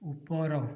ଉପର